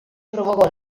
provocò